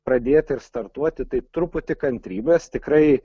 pradėti ir startuoti tai truputį kantrybės tikrai